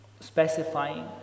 specifying